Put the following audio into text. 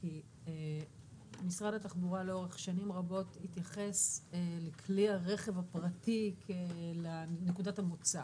כי משרד התחבורה לאורך שנים רבים התייחס לכלי הרכב הפרטי כנקודת המוצא